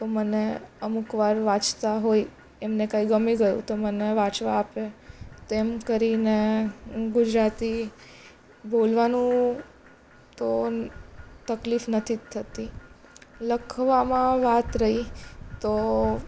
તો મને અમુક વાર વાંચતાં હોય એમને કંઈ ગમી ગયું તો મને વાંચવા આપે તેમ કરીને ગુજરાતી બોલવાનું તો તકલીફ નથી જ થતી લખવામાં વાત રહી તો